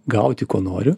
gauti ko noriu